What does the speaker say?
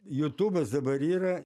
jutubas dabar yra